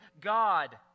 God